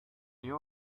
you